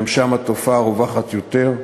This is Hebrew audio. ששם התופעה רווחת יותר: